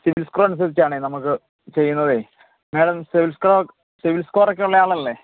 CIBIL score അനുസരിച്ചാണ് നമുക്ക് ചെയ്യുന്നത് madam CIBIL score CIBIL score ഒക്കെയുള്ള ആളല്ലേ